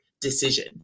decision